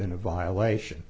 been a violation